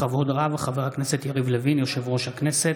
בכבוד רב, חבר הכנסת יריב לוין, יושב-ראש הכנסת.